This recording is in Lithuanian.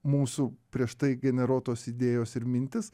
mūsų prieš tai generuotos idėjos ir mintys